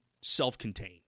self-contained